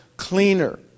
cleaner